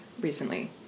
recently